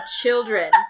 Children